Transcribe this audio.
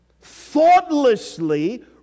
thoughtlessly